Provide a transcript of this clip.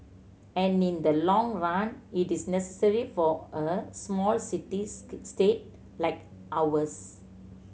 and in the long run it is necessary for a small city state like ours